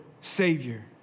Savior